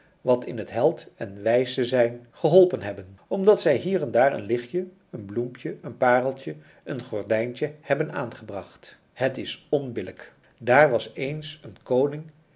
wat in het helden wijze zijn geholpen hebben omdat zij hier en daar een lichtje een bloempje een pareltje een gordijntje hebben aangebracht het is onbillijk daer was eens een koning